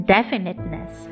Definiteness